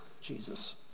Jesus